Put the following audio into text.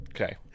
okay